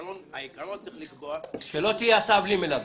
העיקרון צריך לקבוע ---- שלא תהיה הסעה בלי מלווה.